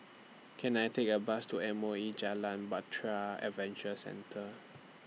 Can I Take A Bus to M O E Jalan Bahtera Adventure Centre